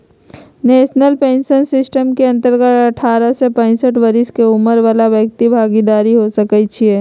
national pension system के अंतर्गत अठारह से पैंसठ बरिश के उमर बला व्यक्ति भागीदार हो सकइ छीन्ह